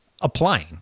applying